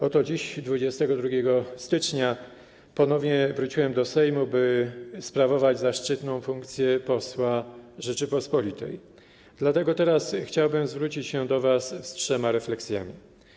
Oto dziś, 22 stycznia, ponownie wróciłem do Sejmu, by sprawować zaszczytną funkcję posła Rzeczypospolitej, dlatego teraz chciałbym zwrócić się do was z trzema refleksjami.